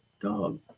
dog